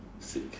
sick